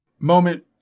Moment